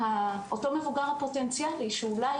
אותו מבוגר הפוטנציאלי שאולי,